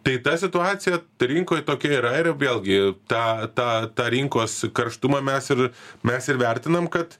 tai ta situacija rinkoj tokia yra ir vėlgi tą tą tą rinkos karštumą mes ir mes ir vertinam kad